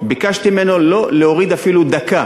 ביקשתי ממנו לא להוריד אפילו דקה: